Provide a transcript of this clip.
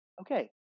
Okay